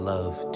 Love